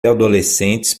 adolescentes